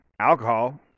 alcohol